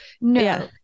no